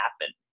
happen